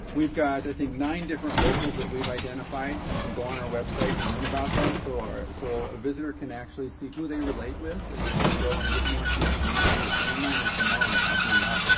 we've got, i think, nine different locals that we've identified. you can go on our web site, learn about them so so a visitor can actually see who they relate with, and they want to go and get more information. they might be a family and it's a mom talking about